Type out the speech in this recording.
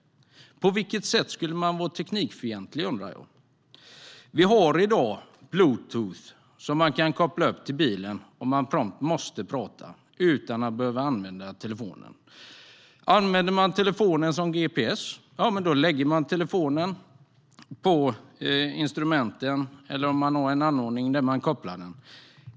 På vilket sätt skulle man vara teknikfientlig? Det undrar jag. Vi har i dag bluetooth, som man kan koppla upp i bilen utan att behöva använda telefonen om man prompt måste prata. Använder man telefonen som gps lägger man den på instrumentbrädan eller sätter fast den på någon anordning.